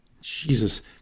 Jesus